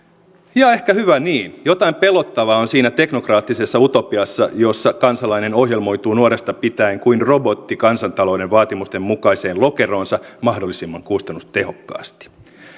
ja ehkä hyvä niin jotain pelottavaa on siinä teknokraattisessa utopiassa jossa kansalainen ohjelmoituu nuoresta pitäen kuin robotti kansantalouden vaatimusten mukaiseen lokeroonsa mahdollisimman kustannustehokkaasti